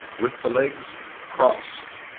with the legs crossed.